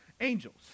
angels